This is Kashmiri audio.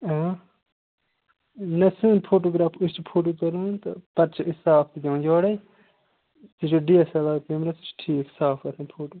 آ نہ سٲنۍ فوٹوگرٛاف أسۍ چھِ فوٹوٗ تُلان تہٕ پَتہٕ چھِ أسۍ صاف تہِ دِوان یورٔے سُہ چھُ D S L R camera سُہ چھُ ٹھیٖک صاف آسان فوٹوٗ